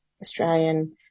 Australian